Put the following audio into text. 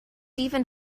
even